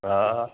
हा